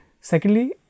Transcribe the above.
secondly